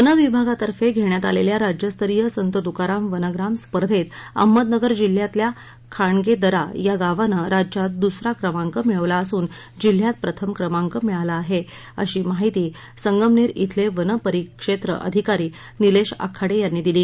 one विभागातर्फे घेण्यात आलेल्या राज्यस्तरीय संत तुकाराम वनग्राम स्पर्धेत अहमदनगर जिल्ह्यातल्या खांडगेदरा या गावान राज्यात दुसरा क्रमांक मिळविला असून जिल्ह्यात प्रथम क्रमांक मिळाला आहे अशी माहिती संगमनेर श्वेले वनपरिक्षेत्र अधिकारी निलेश आखाडे यांनी दिली